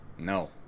No